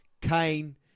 Kane